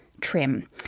trim